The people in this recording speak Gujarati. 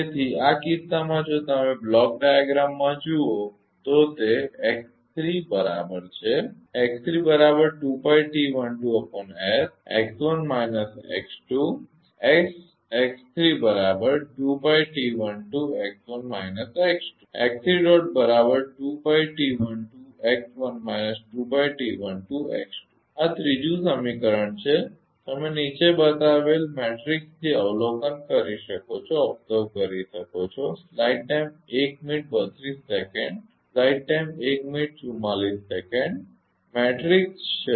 તેથી આ કિસ્સામાં જો તમે બ્લોક ડાયાગ્રામમાં જુઓ તો તે x3 બરાબર છે આ ત્રીજું સમીકરણ છે